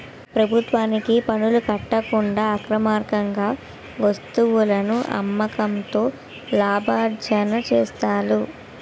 ప్రభుత్వానికి పనులు కట్టకుండా అక్రమార్గంగా వస్తువులను అమ్మకంతో లాభార్జన చేస్తారు